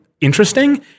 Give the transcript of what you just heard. interesting